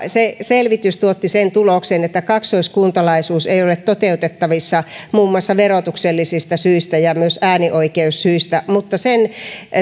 se selvitys tuotti sen tuloksen että kaksoiskuntalaisuus ei ole toteutettavissa muun muassa verotuksellisista syistä ja myös äänioikeussyistä mutta sen